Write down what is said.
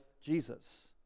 Jesus